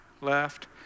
left